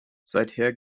seither